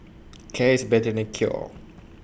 care is better than cure